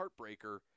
heartbreaker